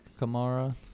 Kamara